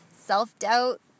self-doubt